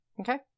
Okay